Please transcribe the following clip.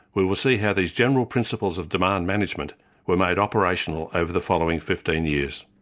we will see how these general principles of demand management were made operational over the following fifteen years.